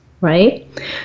right